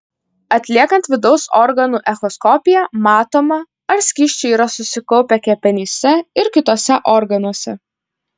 atliekant vidaus organų echoskopiją matoma ar skysčių yra susikaupę kepenyse ir kituose organuose